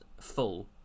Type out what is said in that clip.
full